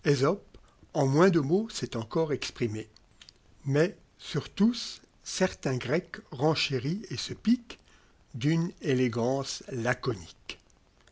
en moins de mots s'est encore exprimé mais sur tous certain grec i renchérit el se pique d'une élégance laconique